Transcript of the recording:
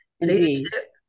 Leadership